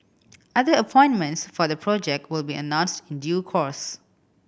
other appointments for the project will be announced in due course